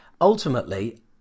ultimately